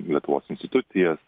lietuvos institucijas